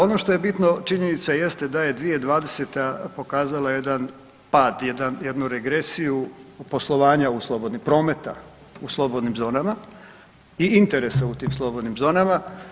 Ono što je bitno činjenica jeste da je 2020. pokazala jedan pad, jednu regresiju poslovanja u slobodnim, prometa u slobodnim zonama i interesa u tim slobodnim zonama.